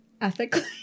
Ethically